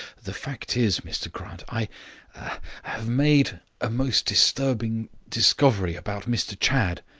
the fact is, mr grant, i er have made a most disturbing discovery about mr chadd.